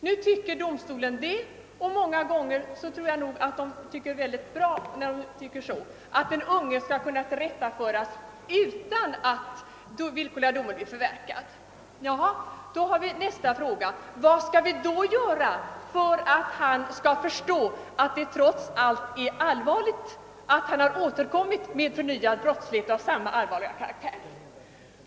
Nu tycker domstolen, och många gånger tror jag nog att den har rätt i sådana fall, att den unge skall kunna tillrättaföras utan att skyddstillsynen blir förverkad. Nästa fråga är: Vad skall domstolen göra för att pojken skall förstå att det trots allt är allvarligt att han har återkommit med förnyad brottslighet av samma allvarliga karaktär?